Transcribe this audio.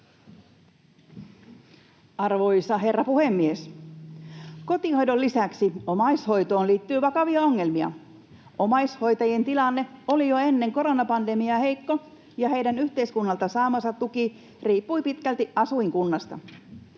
Arvoisa herra puhemies! Kotihoidon lisäksi omaishoitoon liittyy vakavia ongelmia. Omaishoitajien tilanne oli jo ennen koronapandemiaa heikko, ja heidän yhteiskunnalta saamansa tuki riippui pitkälti asuinkunnasta.